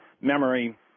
memory